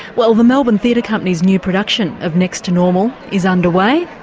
well the melbourne theatre company's new production of next to normal is underway,